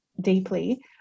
deeply